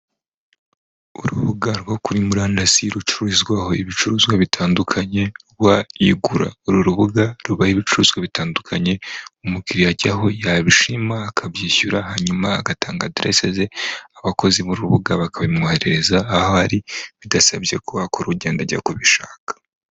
Urubuga rwo kuri murandasi rucururizwaho ibicuruzwa bitandukanye rwa igura. Uru rubuga rubaho ibicuruzwa bitandukanye umukiriya ajyaho yabishima akabyishyura hanyuma agatanga aderese ze abakozi b'urubuga bakabimwoherereza aho ari bidasabye ko akora urugendo ajya kubishaka.